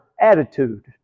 attitude